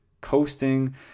coasting